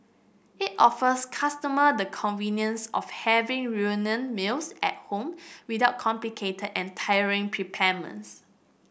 it offers customer the convenience of having reunion meals at home without complicated and tiring